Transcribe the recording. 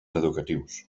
educatius